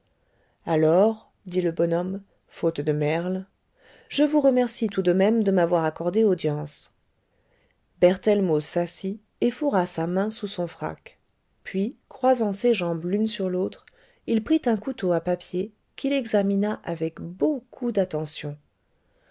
alors dit le bonhomme faute de merles je voua remercie tout de même de m'avoir accordé audience berthellemot s'assit et fourra sa main sons son frac puis croisant ses jambes l'une sur l'autre il prit un couteau à papier qu'il examina avec beaucoup d'attention